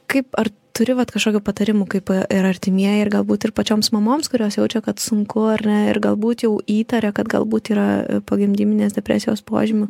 kaip ar turi vat kažkokių patarimų kaip ir artimieji ir galbūt ir pačioms mamoms kurios jaučia kad sunku ar ne ir galbūt jau įtaria kad galbūt yra pogimdyminės depresijos požymių